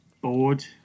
Bored